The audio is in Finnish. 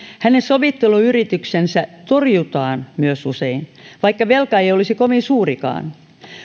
hänen sovitteluyrityksensä myös torjutaan usein vaikka velka ei ei olisi kovin suurikaan